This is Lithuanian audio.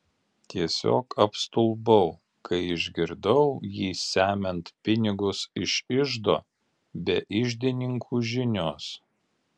tiesiog apstulbau kai išgirdau jį semiant pinigus iš iždo be iždininkų žinios